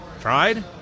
tried